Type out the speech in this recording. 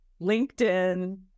LinkedIn